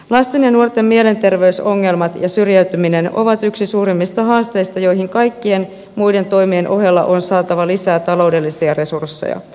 lasten ja nuorten mielenterveysongelmat ja syrjäytyminen ovat yksi suurimmista haasteista joihin kaikkien muiden toimien ohella on saatava lisää taloudellisia resursseja